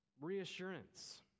reassurance